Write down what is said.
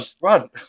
run